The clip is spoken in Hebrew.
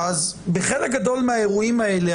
אז בחלק גדול מהאירועים האלה,